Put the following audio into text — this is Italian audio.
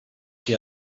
che